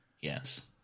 Yes